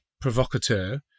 provocateur